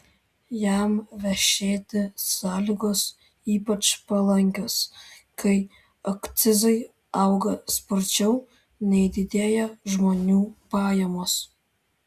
jam vešėti sąlygos ypač palankios kai akcizai auga sparčiau nei didėja žmonių pajamos